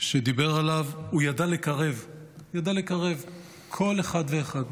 שדיבר עליו, הוא ידע לקרב כל אחד ואחד.